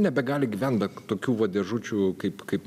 nebegali gyventi be tokių va dėžučių kaip kaip